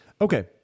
Okay